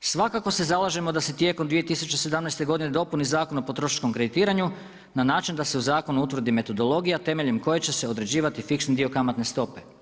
svakako se zalažemo da se tijekom 2017. dopuni Zakon o potrošačkom kreditiranju na način da se u Zakonu utvrdi metodologija temeljem koje će se određivati fiksni dio kamatne stope.